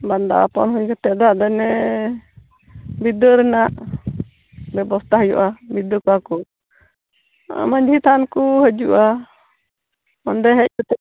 ᱵᱟᱸᱫᱟᱯᱚᱱ ᱦᱩᱭ ᱠᱟᱛᱮᱫ ᱫᱚ ᱟᱫᱚ ᱚᱱᱮ ᱵᱤᱫᱟᱹ ᱨᱮᱱᱟᱜ ᱵᱮᱵᱚᱥᱛᱟ ᱦᱩᱭᱩᱜᱼᱟ ᱵᱤᱫᱟᱹ ᱠᱚᱣᱟᱠᱚ ᱢᱟᱹᱡᱷᱤ ᱛᱷᱟᱱ ᱠᱚ ᱦᱤᱡᱩᱜᱼᱟ ᱚᱸᱰᱮ ᱦᱮᱡ ᱠᱟᱛᱮ